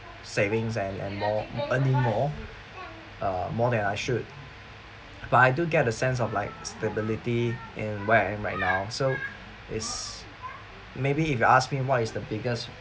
savings and and more earning more um more than I should but I do get a sense of like stability in where I am right now so it's maybe if you ask me what is the biggest